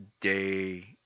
day